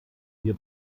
hier